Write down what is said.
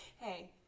Hey